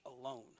alone